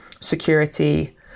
security